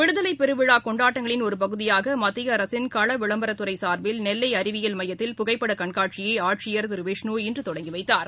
விடுதலைபெருவிழாகொண்டாட்டங்களின் ஒருபகுதியாகமத்தியஅரசின் களவிளம்பரத் துறைசார்பில் நெல்லைஅறிவியல் மையத்தில் புகைப்படக் கண்காட்சியைஆட்சியர் திருவிஷ்னு இன்றுதொடங்கிவைத்தார்